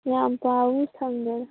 ꯌꯥꯝ ꯄꯥꯔꯨꯕ ꯁꯪꯗꯦꯗ